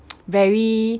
very